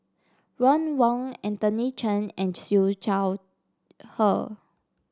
Ron Wong Anthony Chen and Siew Shaw Her